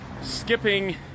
skipping